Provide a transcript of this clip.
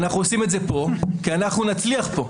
אנחנו עושים את זה כאן כי אנחנו נצליח פה,